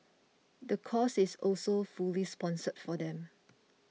the course is also fully sponsored for them